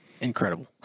incredible